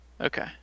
okay